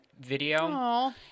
video